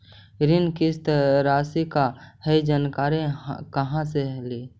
ऋण किस्त रासि का हई जानकारी कहाँ से ली?